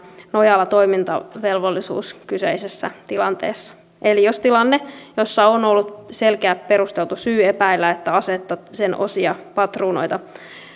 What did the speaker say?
nojalla toimintavelvollisuus kyseisessä tilanteessa eli tilanteessa jossa on ollut selkeä perusteltu syy epäillä että asetta sen osia patruunoita